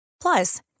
Plus